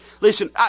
Listen